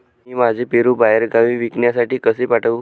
मी माझे पेरू बाहेरगावी विकण्यासाठी कसे पाठवू?